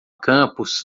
campos